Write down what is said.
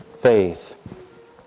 faith